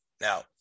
Now